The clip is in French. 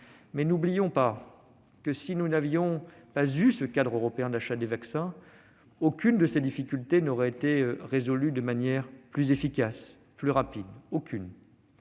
soit, n'oublions pas que, s'il n'y avait pas eu ce cadre européen d'achat des vaccins, aucune de ces difficultés n'aurait été résolue de manière plus efficace et plus rapide.